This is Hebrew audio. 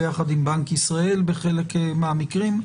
ביחד עם בנק ישראל בחלק מהמקרים.